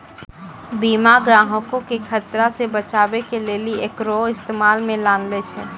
बीमा ग्राहको के खतरा से बचाबै के लेली एकरो इस्तेमाल मे लानै छै